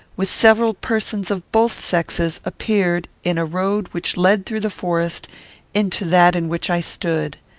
with several persons of both sexes, appeared, in a road which led through the forest into that in which i stood.